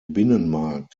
binnenmarkt